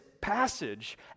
passage